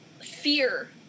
fear